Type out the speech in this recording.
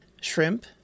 shrimp